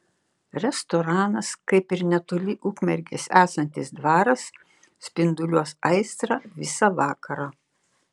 restoranas kaip ir netoli ukmergės esantis dvaras spinduliuos aistrą visa vakarą